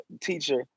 teacher